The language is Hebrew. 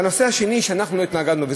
הנושא השני שאנחנו התנגדנו לו,